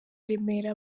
remera